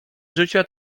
życia